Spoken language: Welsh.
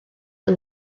yng